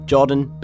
Jordan